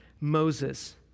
Moses